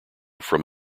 from